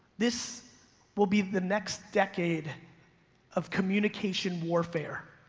this will be the next decade of communication warfare.